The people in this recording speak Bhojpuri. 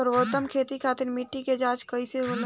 सर्वोत्तम खेती खातिर मिट्टी के जाँच कइसे होला?